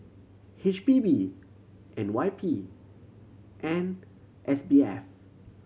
H P B N Y P and S B F